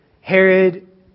Herod